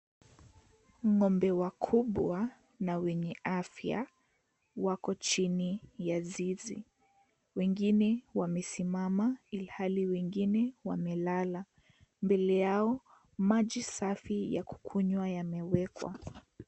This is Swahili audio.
Ngombe wakubwa na wenye afya wako chini ya zizi, wengine wamesima ilhali wengine wamelala, mbele yao maji safi ya kukunywa yamewekwa.